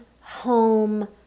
home